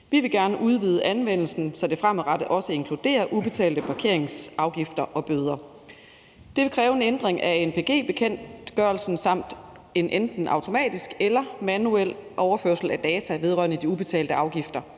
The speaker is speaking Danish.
Vi vil gerne udvide anvendelsen, så den fremadrettet også inkluderer ubetalte parkeringsafgifter og bøder. Det vil kræve en ændring af anpg-bekendtgørelsen samt en enten automatisk eller manuel overførsel af data vedrørende de ubetalte afgifter.